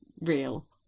real